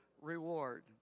reward